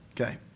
Okay